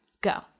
Go